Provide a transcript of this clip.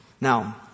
Now